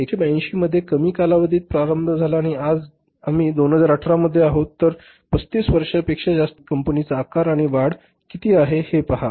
1982 मध्ये कमी कालावधीत प्रारंभ झाला आणि आज आम्ही 2018 मध्ये आहोत तर 35 वर्षांपेक्षा जास्त कालावधीत कंपनीचा आकार आणि वाढ किती आहे ते पहा